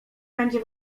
będzie